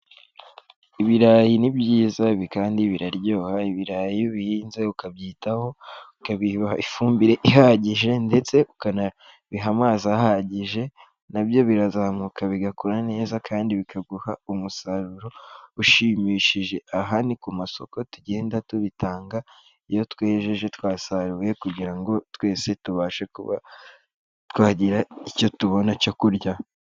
Ibirayi ni byiza ibi kandi biraryoha, ibirayi iyo ubihinze ukabyitaho, ukabiha ifumbire ihagije, ndetse ukanabiha amazi ahagije, na byo birazamuka bigakura neza kandi bikaguha umusaruro ushimishije. Aha ni ku masoko tugenda tubitanga, iyo twejeje twasaruye kugira ngo twese tubashe kuba, twagira icyo tubona cyo kurya.